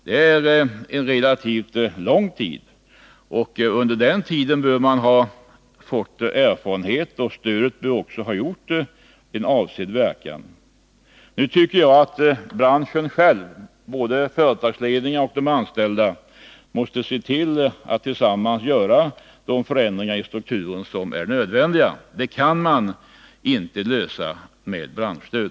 Det är en relativt lång tid, och under den tiden bör man ha fått erfarenheter, och stödet bör också ha gjort avsedd verkan. Nu tycker jag att både företagsledningen och de anställda måste tillsammans göra de förändringar i strukturen som är nödvändiga. Strukturproblemen kan man inte lösa med branschstöd.